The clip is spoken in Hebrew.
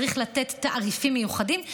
צריך לתת תעריפים מיוחדים,